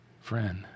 friend